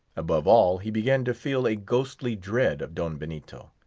above all, he began to feel a ghostly dread of don benito.